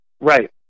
Right